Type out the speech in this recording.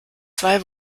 zwei